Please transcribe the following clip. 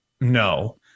No